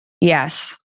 Yes